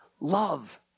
Love